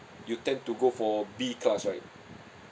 you tend to go for B class right